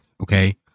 Okay